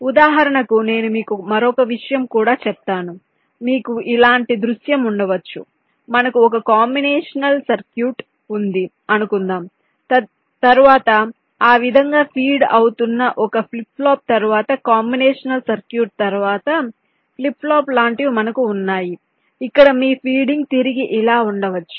ఉదాహరణకు నేను మీకు మరొక విషయం కూడా చెప్తాను మీకు ఇలాంటి దృశ్యం ఉండవచ్చు మనకు ఒక కాంబినేషనల్ సర్క్యూట్ ఉంది అనుకుందాం తరువాత ఈ విధంగా ఫీడ్ అవుతున్న ఒక ఫ్లిప్ ఫ్లాప్ తరువాత కాంబినేషనల్ సర్క్యూట్ తరువాత ఫ్లిప్ ఫ్లాప్ లాంటివి మనకు ఉన్నాయి ఇక్కడ మీ ఫీడింగ్ తిరిగి ఇలా ఉండవచ్చు